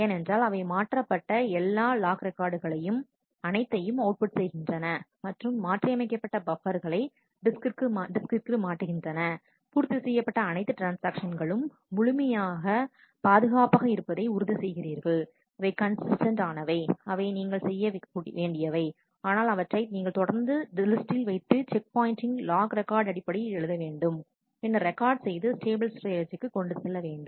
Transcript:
ஏனென்றால் அவை மாற்றப்பட்ட எல்லா லாக் ரெக்கார்டுகளையும் அனைத்தையும் அவுட்புட் செய்கின்றன மற்றும் மாற்றியமைக்கப்பட்ட பப்பர்களை டிஸ்கிற்கு மாற்றுகின்றன பூர்த்தி செய்யப்பட்ட அனைத்து ட்ரான்ஸ்ஆக்ஷகளும் முழுமையாக பாதுகாப்பாக இருப்பதை உறுதிசெய்கிறீர்கள் அவை கன்சிஸ்டன்ட் ஆனவை அவை நீங்கள் செய்ய வேண்டியவை ஆனால் அவற்றை நீங்கள் தொடர்ந்து லிஸ்டில் வைத்து செக் பாயின்ட்டிங் லாக் ரெக்கார்டு அடிப்படையில் எழுத வேண்டும் பின்னர் ரெக்கார்ட் செய்து ஸ்டேபிள் ஸ்டோரேஜ்ஜிற்கு கொண்டு செல்லுங்கள்